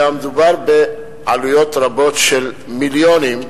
והמדובר בעלויות רבות, של מיליונים.